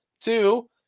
two